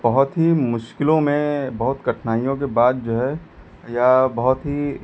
बहुत ही मुश्किलों में बहुत कठिनाइयों के बाद जो है या बहुत ही